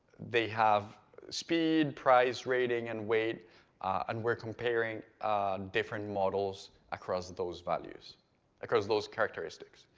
they have speed, price, rating and weight and we are comparing different models across those values across those characteristics